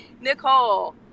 Nicole